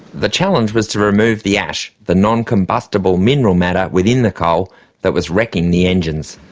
the challenge was to remove the ash, the non-combustible mineral matter within the coal that was wrecking the engines.